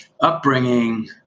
upbringing